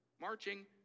marching